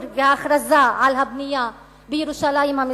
וההכרזה על הבנייה בירושלים המזרחית.